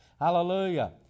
Hallelujah